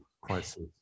crisis